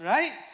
Right